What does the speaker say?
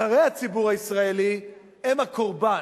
אחרי הציבור הישראלי, הם הקורבן.